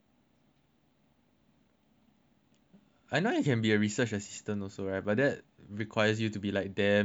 I know you can be a research assistant also right but that requires you to be damn damn smart right